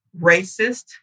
racist